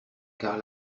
car